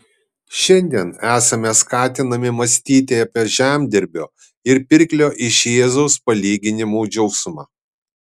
šiandien esame skatinami mąstyti apie žemdirbio ir pirklio iš jėzaus palyginimų džiaugsmą